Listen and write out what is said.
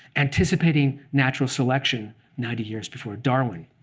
anticipating natural selection ninety years before darwin.